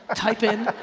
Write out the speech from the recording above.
ah type in,